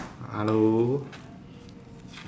hello